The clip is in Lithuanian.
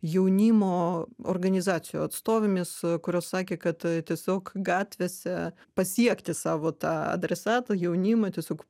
jaunimo organizacijų atstovėmis kurios sakė kad tiesiog gatvėse pasiekti savo tą adresatą jaunimą tiesiog